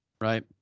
right